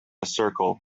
circle